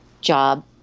job